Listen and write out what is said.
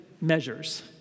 measures